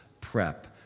prep